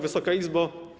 Wysoka Izbo!